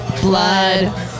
Blood